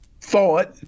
thought